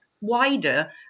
wider